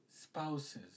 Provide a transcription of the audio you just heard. spouses